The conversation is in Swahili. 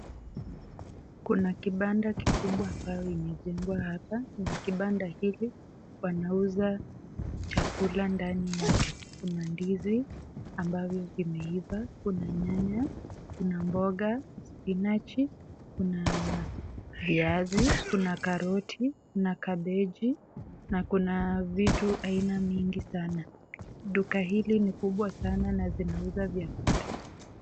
Kuna kibanda kikubwa ambayo imejengwa hapa na kibanda hili wanauza chakula ndani yake kuna ndizi ambavyo vimeiva, kuna nyanya, kuna mboga, spinach ,kuna viazi ,kuna karoti ,kuna kabeji na kuna vitu aina mingi sana duka hili ni kubwa sana na inauza vyakula.